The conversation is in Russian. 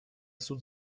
суд